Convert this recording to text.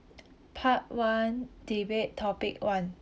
part one debate topic one